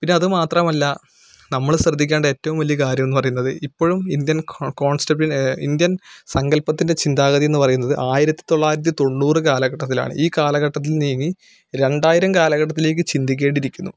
പിന്നെ അത് മാത്രമല്ല നമ്മൾ ശ്രദ്ധിക്കേണ്ട ഏറ്റവും വലിയ കാര്യം എന്നു പറയുന്നത് ഇപ്പോഴും ഇന്ത്യൻ കോൺസ്റ്റപ്പിൻ്റെ ഇന്ത്യൻ സങ്കല്പത്തിൻ്റെ ചിന്താഗതി എന്ന് പറയുന്നത് ആയിരത്തി തൊള്ളായിരത്തി തൊണ്ണൂറ് കാലഘട്ടത്തിലാണ് ഈ കാലഘട്ടത്തിൽ നീങ്ങി രണ്ടായിരം കാലഘട്ടത്തിലേക്ക് ചിന്തിക്കേണ്ടിയിരിക്കുന്നു